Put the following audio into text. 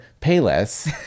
Payless